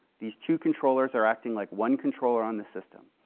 these two controllers are acting like one controller on the system.